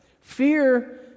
Fear